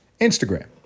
Instagram